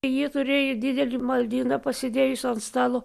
ji turėjo didelį maldyną pasidėjusi ant stalo